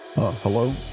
Hello